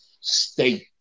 state